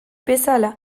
bezala